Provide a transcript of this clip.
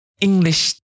English